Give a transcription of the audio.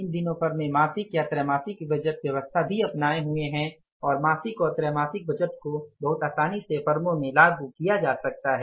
इन दिनों फर्में मासिक या त्रैमासिक बजट व्यवस्था भी अपनाये हुए है और मासिक और त्रैमासिक बजट को बहुत आसानी से फर्मों में लागू किया जा सकता है